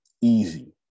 Easy